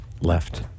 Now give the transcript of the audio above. Left